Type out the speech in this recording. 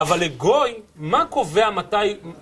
אבל לגוי, מה קובע מתי...